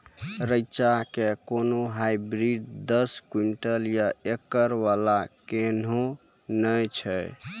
रेचा के कोनो हाइब्रिड दस क्विंटल या एकरऽ वाला कहिने नैय छै?